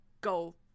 go